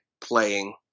playing